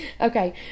Okay